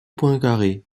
poincaré